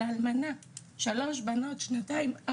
האלמנה שנשארה עם שלוש בנות בגילאי שנתיים,